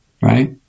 right